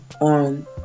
on